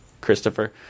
Christopher